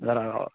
ذرا اور